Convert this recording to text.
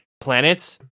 planets